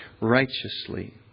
righteously